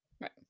Right